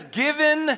given